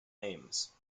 ames